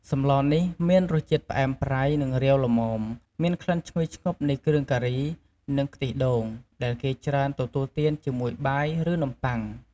សម្លនេះ មានរសជាតិផ្អែមប្រៃ និងរាវល្មម មានក្លិនឈ្ងុយឈ្ងប់នៃគ្រឿងការី និងខ្ទិះដូង ដែលគេច្រើនទទួលទានជាមួយបាយ ឬនំប៉័ង។